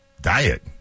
Diet